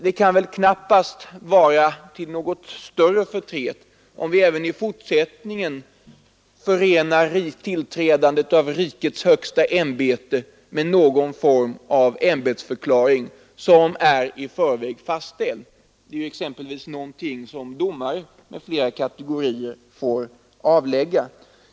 Det kan väl knappast vara till någon större förtret om vi även i fortsättningen förenar tillträdandet av rikets högsta ämbete med någon form av ämbetsförklaring, som är i förväg fastställd. Det är något som t.ex. domare får avlägga.